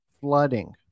flooding